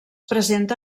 presenta